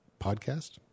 podcast